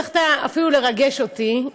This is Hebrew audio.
הצלחת אפילו לרגש אותי,